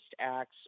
acts